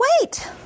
wait